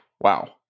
Wow